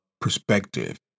perspective